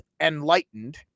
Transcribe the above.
enlightened